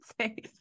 say